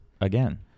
Again